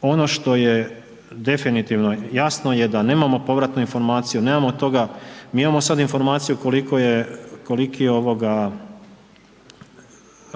ono što je definitivno jasno je da nemamo povratnu informaciju, nemamo toga, mi imamo sad informaciju koliko je, koliki je ovoga,